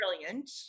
brilliant